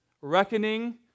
reckoning